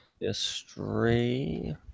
History